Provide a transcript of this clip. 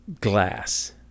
glass